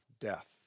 death